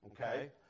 okay